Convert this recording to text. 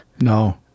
no